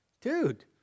dude